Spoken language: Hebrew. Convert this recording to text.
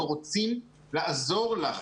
אנחנו רוצים לעזור לך,